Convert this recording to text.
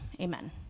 amen